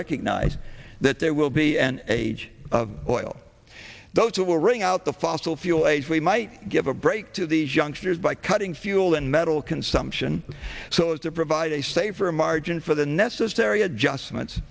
recognize that there will be an age of oil those who will wring out the fossil fuel age we might give a break to these youngsters by cutting fuel and metal consumption so as to provide a safe or a margin for the necessary adjustments